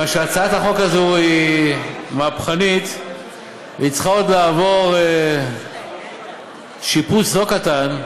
מכיוון שהצעת החוק הזאת היא מהפכנית היא צריכה עוד לעבור שיפוץ לא קטן,